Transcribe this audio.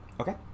Okay